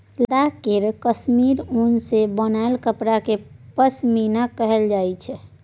लद्दाख केर काश्मीर उन सँ बनाएल कपड़ा केँ पश्मीना कहल जाइ छै